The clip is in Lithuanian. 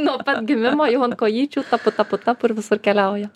nuo pat gimimo jau ant kojyčių tapu tapu tapu ir visur keliauja